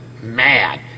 mad